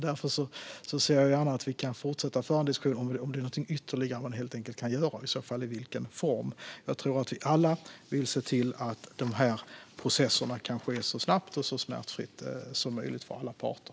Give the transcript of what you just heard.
Därför ser jag gärna att vi kan fortsätta att föra en diskussion för att se om det finns någonting ytterligare vi kan göra och i så fall i vilken form. Jag tror att vi alla vill se till att de här processerna kan ske så snabbt och så smärtfritt som möjligt för alla parter.